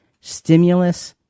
Stimulus-